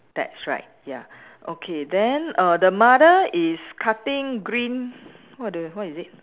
that's right ya okay then err the mother is cutting green what the what is it